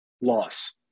loss